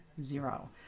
zero